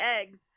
eggs